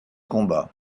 combat